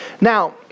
Now